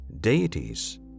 deities